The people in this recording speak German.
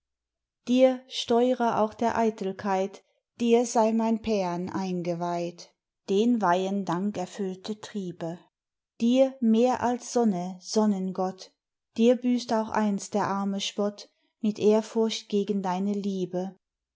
dir steurer auch der eitelkeit dir sei mein paan eingeweiht den weihen dankerfüllte triebe dir mehr als sonne sonnengott dir büßt auch einst der arme spott mit ehrfurcht gegen deine liebe